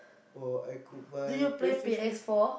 or I could buy PlayStation